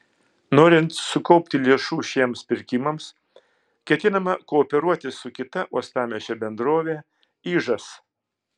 norint sukaupti lėšų šiems pirkimams ketinama kooperuotis su kita uostamiesčio bendrove ižas